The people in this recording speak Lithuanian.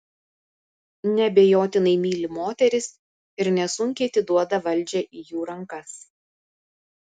neabejotinai myli moteris ir nesunkiai atiduoda valdžią į jų rankas